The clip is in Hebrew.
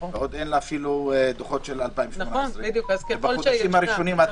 ועוד אין לה אפילו דוחות של 2019. בחודשים הראשונים אתה